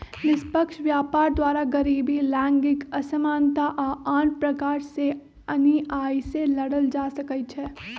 निष्पक्ष व्यापार द्वारा गरीबी, लैंगिक असमानता आऽ आन प्रकार के अनिआइ से लड़ल जा सकइ छै